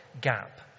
gap